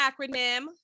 acronym